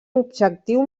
objectiu